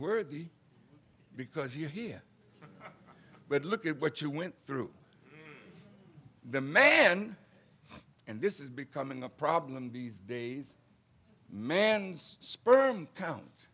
worthy because you hear but look at what you went through the man and this is becoming a problem these days man's sperm